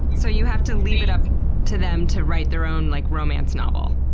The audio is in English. so you have to leave it up to them to write their own like romance novel?